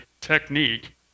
technique